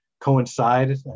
coincide